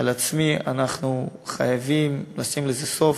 על דברי, אנחנו חייבים לשים לזה סוף.